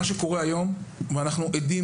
המצב שקורה היום, וכולנו עדים